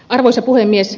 arvoisa puhemies